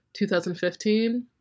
2015